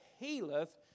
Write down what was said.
healeth